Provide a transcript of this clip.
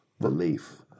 belief